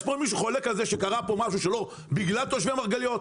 יש פה מישהו שחולק על זה שקרה פה משהו שלא בגלל תושבי מרגליות?